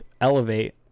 elevate